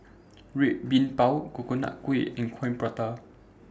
Red Bean Bao Coconut Kuih and Coin Prata